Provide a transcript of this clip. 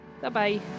bye-bye